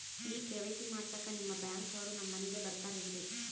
ಈ ಕೆ.ವೈ.ಸಿ ಮಾಡಸಕ್ಕ ನಿಮ ಬ್ಯಾಂಕ ಅವ್ರು ನಮ್ ಮನಿಗ ಬರತಾರೆನ್ರಿ?